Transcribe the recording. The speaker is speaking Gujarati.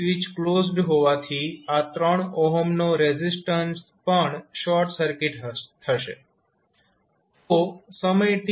અને સ્વીચ ક્લોઝડ હોવાથી આ 3 નો રેઝિસ્ટન્સ પણ શોર્ટ સર્કિટ થશે